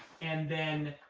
and then